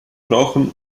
brauchen